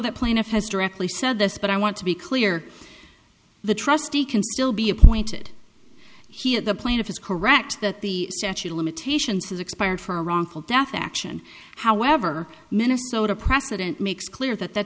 that plaintiff has directly said this but i want to be clear the trustee can still be appointed he is the plaintiff is correct that the statute of limitations has expired for a wrongful death action however minnesota precedent makes clear that that